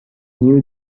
knew